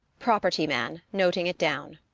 property man noting it down.